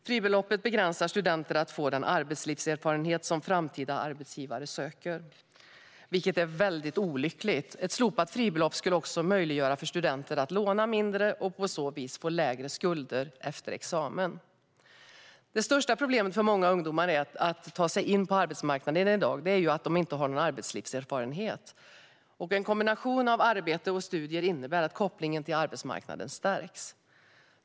Fribeloppet begränsar studenter att få den arbetslivserfarenhet som framtida arbetsgivare söker. Det är väldigt olyckligt. Ett slopat fribelopp skulle också möjliggöra för studenter att låna mindre, och på så vis få lägre skulder efter examen. Det största problemet för många ungdomar när det gäller att ta sig in på arbetsmarknaden i dag är att de inte har någon arbetslivserfarenhet. En kombination av arbete och studier innebär att kopplingen till arbetsmarknaden stärks.